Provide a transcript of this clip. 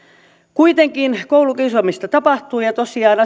kuitenkin koulukiusaamista tapahtuu ja ja tosiaan